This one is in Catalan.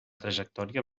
trajectòria